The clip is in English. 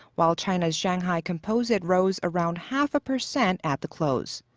while china's shanghai composite rose around half-a-percent at the close.